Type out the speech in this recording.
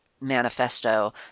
manifesto